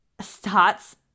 starts